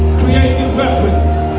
created weapons.